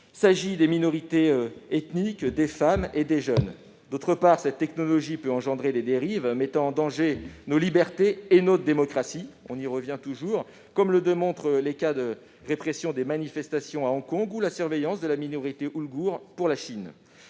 s'agit des minorités ethniques, des femmes et des jeunes. Par ailleurs, cette technologie peut engendrer des dérives mettant en danger nos libertés et notre démocratie, comme le démontrent les cas de répression des manifestations à Hong Kong ou la surveillance de la minorité ouïghoure par la Chine.